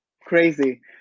crazy